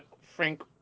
Frank